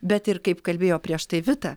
bet ir kaip kalbėjo prieš tai vita